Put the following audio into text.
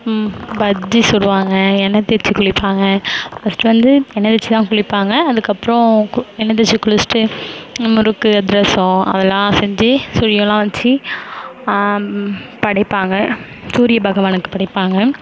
பஜ்ஜி சுடுவாங்க எண்ணெய் தேய்ச்சி குளிப்பாங்க ஃபர்ஸ்ட்டு வந்து எண்ணெய் தேய்ச்சி தான் குளிப்பாங்க அதுக்கப்புறம் கு எண்ணெய் தேய்ச்சி குளித்திட்டு முறுக்கு அதிரசம் அதெல்லாம் செஞ்சு சுழியம்லாம் வச்சு படைப்பாங்க சூரிய பகவானுக்கு படைப்பாங்க